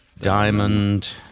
diamond